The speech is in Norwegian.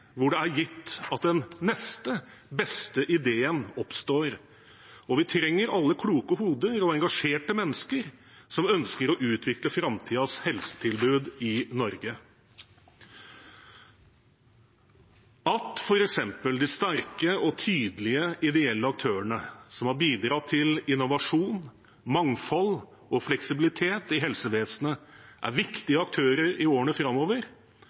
hvor det er gitt at den neste beste ideen oppstår, og vi trenger alle kloke hoder og engasjerte mennesker som ønsker å utvikle framtidens helsetilbud i Norge. At f.eks. de sterke og tydelige ideelle aktørene som har bidratt til innovasjon, mangfold og fleksibilitet i helsevesenet, er viktige aktører i årene framover,